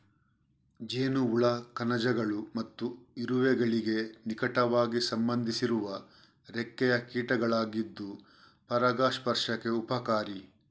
ಜೇನುಹುಳ ಕಣಜಗಳು ಮತ್ತು ಇರುವೆಗಳಿಗೆ ನಿಕಟವಾಗಿ ಸಂಬಂಧಿಸಿರುವ ರೆಕ್ಕೆಯ ಕೀಟಗಳಾಗಿದ್ದು ಪರಾಗಸ್ಪರ್ಶಕ್ಕೆ ಉಪಕಾರಿ